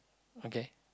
okay